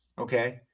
okay